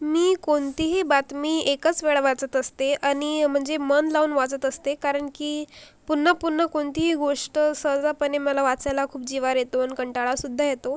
मी कोणतीही बातमी एकच वेळा वाचत असते आणि म्हणजे मन लावून वाचत असते कारण की पुन्हा पुन्हा कोणतीही गोष्ट सहजपणे मला वाचायला खूप जिवावर येतो आणि कंटाळासुद्धा येतो